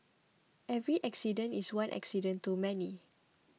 every accident is one accident too many